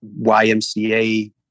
YMCA